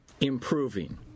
improving